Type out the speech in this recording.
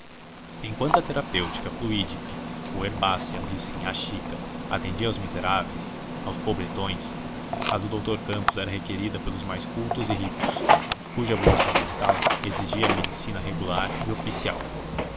enquanto a terapêutica fluídica ou herbácea de sinhá chica atendia aos miseráveis aos pobretões a do doutor campos era requerida pelos mais cultos e ricos cuja evolução mental exigia a medicina regular e oficial